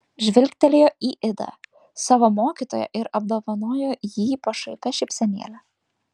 žvilgtelėjo į idą savo mokytoją ir apdovanojo jį pašaipia šypsenėle